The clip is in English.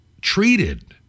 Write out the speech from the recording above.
treated